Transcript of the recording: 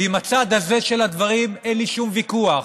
עם הצד הזה של הדברים אין לי שום ויכוח,